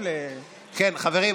חברים,